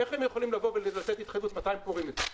איך הם יכולים לבוא ולתת התחייבות מתי הם פורעים את זה?